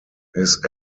his